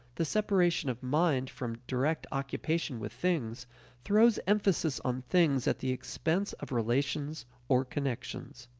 the separation of mind from direct occupation with things throws emphasis on things at the expense of relations or connections.